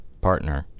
partner